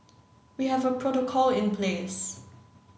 we have a protocol in place